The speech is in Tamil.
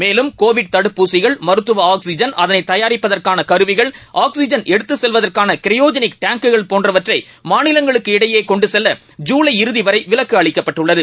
மேலும் கோவிட் தடுப்பூசிகள் மருத்துவ ஆக்ஸிஜன் அதனைதயாரிப்பதற்னனகருவிகள் ஆக்ஸிஜன் எடுத்துக் செல்வதற்கானக்ரையோஜெனிக் டேங்குகள் போன்றவற்றைமாநிலங்களுக்கு இடையேகொண்டுசெல்ல ஜூலை இறுதிவரைவிலக்குஅளிக்கப்பட்டுள்ளது